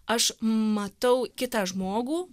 aš matau kitą žmogų